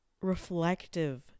reflective